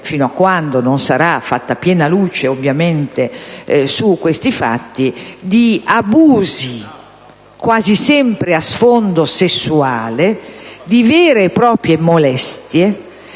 fino a quando non sarà fatta piena luce su questi fatti, di abusi, quasi sempre a sfondo sessuale, di vere e proprie molestie,